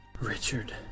Richard